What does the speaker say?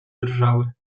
drżały